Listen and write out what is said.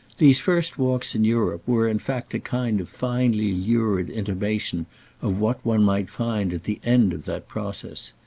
these first walks in europe were in fact a kind of finely lurid intimation of what one might find at the end of that process.